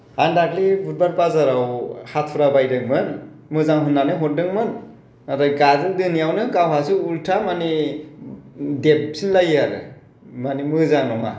आं दाख्लै बुधबार बाजाराव हाथुरा बायदोंमोन मोजां होननानै हरदोंमोन नाथाय गाजोल देनायावनो गावहासो उल्था माने देबफिनलायो आरो माने मोजां नङा